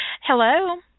Hello